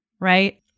right